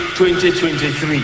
2023